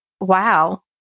wow